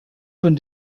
von